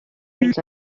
pels